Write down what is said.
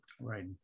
right